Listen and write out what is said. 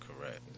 Correct